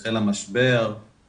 אני רוצה רק לסבר את האוזן שבגדול,